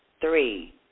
three